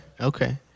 Okay